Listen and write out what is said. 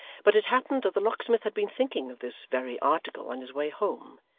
but it happened that the locksmith had been thinking of this very article on his way home,